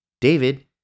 David